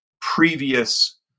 previous